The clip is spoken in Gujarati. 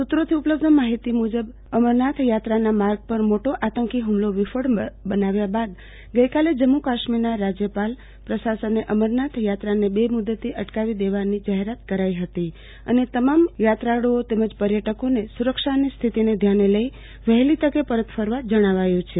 સુત્રોથી ઉપલબ્ધ માહિતી મુજબ અમરનાથ યાત્રાના માર્ગ પર મોટો આંતકી હુમલો વિફળ બનાવ્યા બાદ ગઈકાલે જમ્મુ કાશ્મીરના રાજયપાલ પ્રશાસને અમરનાથ યાત્રાને બેમુદતી અટકાવી દેવાની જાહેરાત કરાઈ હતી અને તમામ યાત્રાળુઓ તેમજ પર્યટકોને સુરક્ષાની સ્થિતિને ધ્યાને લઈ વહેલીતકે પરત ફરવા જણાવાયુ છે